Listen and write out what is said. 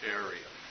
area